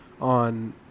on